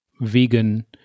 vegan